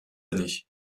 années